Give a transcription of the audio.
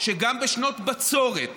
שגם בשנות בצורת